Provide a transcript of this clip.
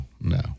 no